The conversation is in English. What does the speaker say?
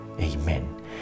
Amen